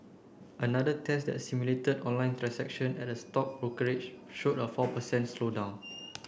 another test that simulated online transactions at a stock brokerage showed a four per cent slowdown